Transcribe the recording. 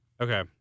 Okay